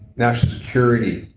national security,